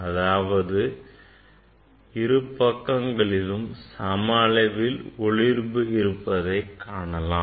அதாவது இரு பக்கங்களிலும் சம அளவில் ஒளிர்வு இருப்பதை காணலாம்